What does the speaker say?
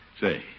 Say